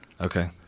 okay